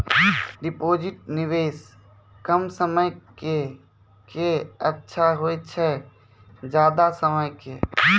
Deposit निवेश कम समय के के अच्छा होय छै ज्यादा समय के?